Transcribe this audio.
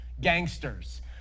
gangsters